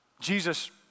Jesus